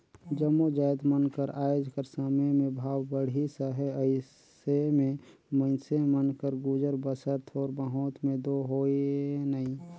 जम्मो जाएत मन कर आएज कर समे में भाव बढ़िस अहे अइसे में मइनसे मन कर गुजर बसर थोर बहुत में दो होए नई